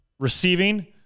Receiving